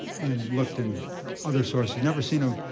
and looked in other sources, never seen a